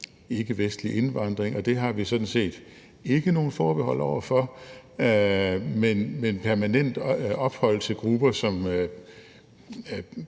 ikkevestlig indvandring, har vi sådan set ikke nogen forbehold over for, men permanent ophold til grupper, som